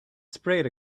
sprayed